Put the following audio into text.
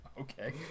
Okay